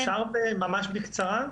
אפשר ממש בקצרה?